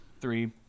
three